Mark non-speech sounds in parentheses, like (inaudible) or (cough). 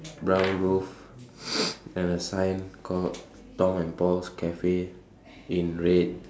brown roof (noise) and a sign called Tom and Paul's Cafe in red